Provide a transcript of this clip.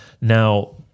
Now